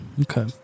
Okay